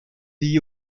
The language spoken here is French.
liée